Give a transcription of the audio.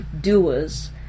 doers